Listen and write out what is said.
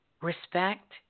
respect